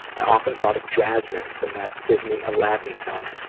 i often thought of jasmine from that disney aladdin film.